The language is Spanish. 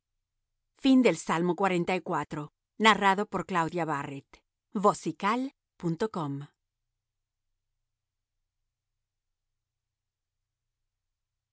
salmo de david